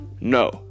no